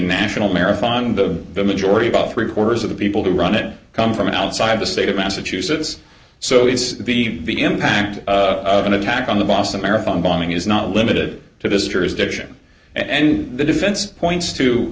national marathon the majority about three quarters of the people who run it come from outside the state of massachusetts so it's the the impact of an attack on the boston marathon bombing is not limited to this jurisdiction and the defense points to